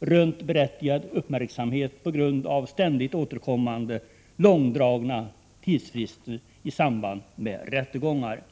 rönt berättigad uppmärksamhet på grund av ständigt återkommande långdragna tidsfrister i samband med rättegångar.